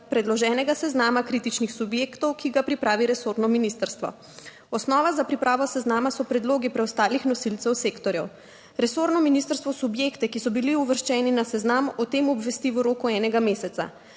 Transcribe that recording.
predloženega seznama kritičnih subjektov, ki ga pripravi resorno ministrstvo. Osnova za pripravo seznama so predlogi preostalih nosilcev sektorjev. Resorno ministrstvo subjekte, ki so bili uvrščeni na seznam, o tem obvesti v roku enega meseca.